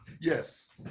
Yes